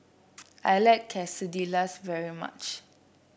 I like Quesadillas very much